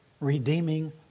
redeeming